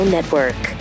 Network